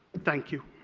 thank you.